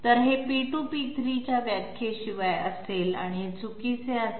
तर हे p2 आणि p3 च्या व्याख्येशिवाय असेल आणि हे चुकीचे असेल